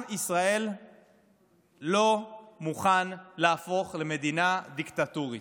עם ישראל לא מוכן להפוך למדינה דיקטטורית.